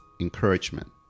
encouragement